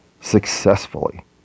successfully